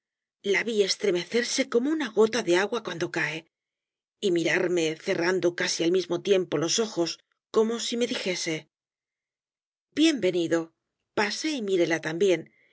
la vi estremecerse como una gota de agua cuando cae y mirarme cerrando casi al mismo tiempo los ojos como si me dijese bien venido pasé y miréla también